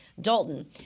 Dalton